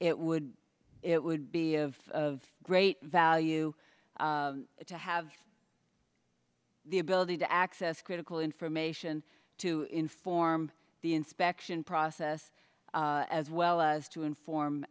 it would it would be of great value to have the ability to access critical information to inform the inspection process as well as to inform